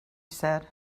said